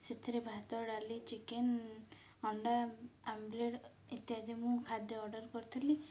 ସେଥିରେ ଭାତ ଡାଲି ଚିକେନ ଅଣ୍ଡା ଓମ୍ଲେଟ୍ ଇତ୍ୟାଦି ମୁଁ ଖାଦ୍ୟ ଅର୍ଡ଼ର୍ କରିଥିଲି